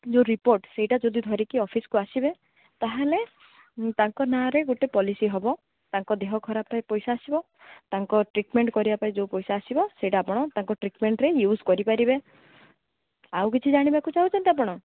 ଯେଉଁ ରିପୋର୍ଟ ସେଇଟା ଯଦି ଧରିକି ଅଫିସ୍କୁ ଆସିବେ ତା'ହେଲେ ତାଙ୍କ ନାଆଁରେ ଗୋଟେ ପଲିସି ହେବ ତାଙ୍କ ଦେହ ଖରାପ ପାଇଁ ପଇସା ଆସିବ ତାଙ୍କ ଟ୍ରିଟ୍ମେଣ୍ଟ୍ କରିବା ପାଇଁ ଯେଉଁ ପଇସା ଆସିବ ସେଇଟା ଆପଣ ତାଙ୍କ ଟ୍ରିଟ୍ମେଣ୍ଟ୍ରେ ୟୁଜ୍ କରିପାରିବେ ଆଉ କିଛି ଜାଣିବାକୁ ଚାହୁଁଛନ୍ତି ଆପଣ